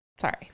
Sorry